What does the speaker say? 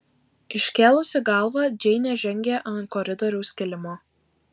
iškėlusi galvą džeinė žengė ant koridoriaus kilimo